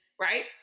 right